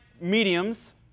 mediums